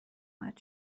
باید